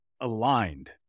aligned